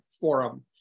forum